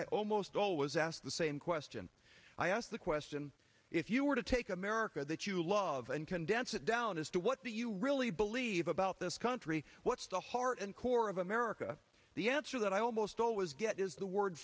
i almost always ask the same question i asked the question if you were to take america that you love and condemn down as to what do you really believe about this country what's the heart and core of america the answer that i almost always get is the word